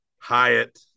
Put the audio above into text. Hyatt